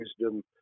wisdom